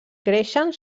creixen